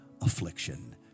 affliction